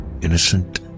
Innocent